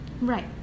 right